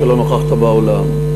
או שלא נכחת באולם: